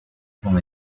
con